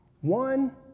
One